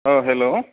अ hello